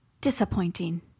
Disappointing